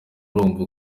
urumva